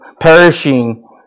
perishing